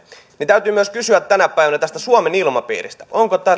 niin täytyy myös kysyä tänä päivänä tästä suomen ilmapiiristä onko